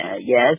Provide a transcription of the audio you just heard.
yes